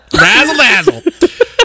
Razzle-dazzle